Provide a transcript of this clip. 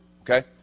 Okay